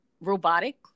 robotic